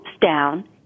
down